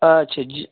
اچھا جی